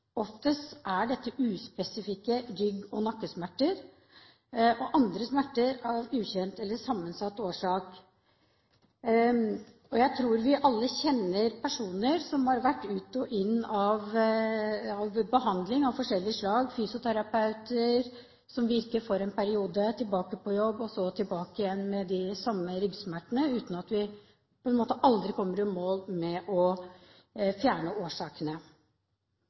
Oftest er dette uspesifikke rygg- og nakkesmerter og andre smerter av ukjent eller sammensatt årsak. Jeg tror vi alle kjenner personer som har vært ut og inn av behandling av forskjellig slag, f.eks. fysioterapi, som virker for en periode, og tilbake på jobb, men så tilbake igjen med de samme ryggsmertene, uten at vi noen gang kommer i mål med å fjerne årsakene.